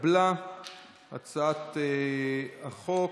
התקבלה הצעת החוק,